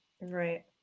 Right